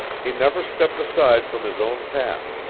he never stepped aside from his own path,